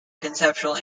conceptual